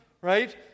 right